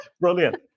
Brilliant